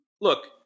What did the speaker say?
Look